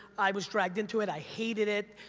i was dragged into it. i hated it.